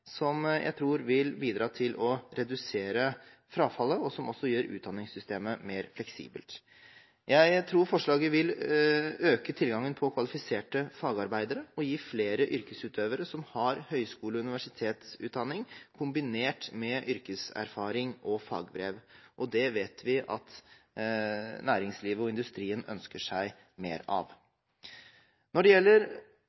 som jeg tror vil bidra til både å redusere frafallet og gjøre utdanningssystemet mer fleksibelt. Jeg tror forslaget vil øke tilgangen på kvalifiserte fagarbeidere og gi flere yrkesutøvere som har høgskole- og universitetsutdanning kombinert med yrkeserfaring og fagbrev. Det vet vi at næringslivet og industrien ønsker seg mer av.